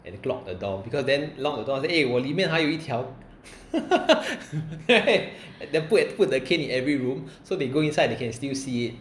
and they lock the door because then lock the door eh 我里面还有一条 right then put put the cane in every room so they go inside they can still see it